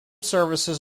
services